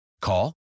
Call